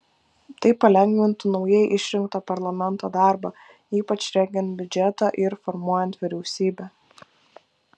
tai palengvintų naujai išrinkto parlamento darbą ypač rengiant biudžetą ir formuojant vyriausybę